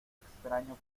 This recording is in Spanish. extraño